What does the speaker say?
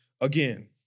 again